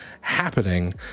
happening